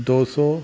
ਦੋ ਸੌ